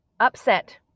upset